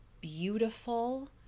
beautiful